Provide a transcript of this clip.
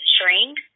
strained